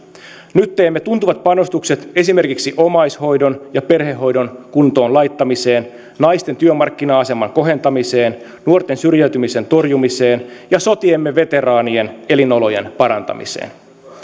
nyt teemme tuntuvat panostukset esimerkiksi omaishoidon ja perhehoidon kuntoon laittamiseen naisten työmarkkina aseman kohentamiseen nuorten syrjäytymisen torjumiseen ja sotiemme veteraanien elinolojen parantamiseen